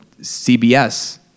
CBS